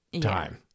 time